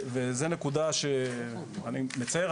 וזו הנקודה שאני מצר,